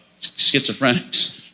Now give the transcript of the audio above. schizophrenics